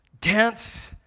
Dance